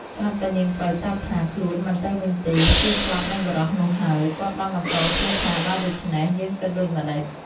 ស្រាប់តែនាងពៅតបថា ខ្លួនមិនទៅវិញទេ ស៊ូស្លាប់នឹងបុរសនោះហើយ គាត់បានបន្តសួរថា បើដូច្នេះ យើងគិតដូចម្ដេច។